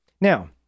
Now